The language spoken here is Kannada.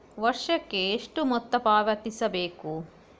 ವರ್ಷಕ್ಕೆ ಎಷ್ಟು ಮೊತ್ತ ಪಾವತಿಸಬೇಕು?